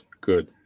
Good